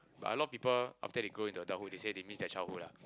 but a lot of people after they grow into adulthood they say they miss their childhood lah